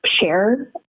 share